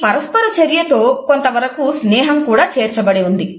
ఈ పరస్పర చర్య తో కొంత వరకూ స్నేహం కూడా చేర్చబడి ఉంది